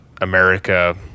america